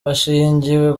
hashingiwe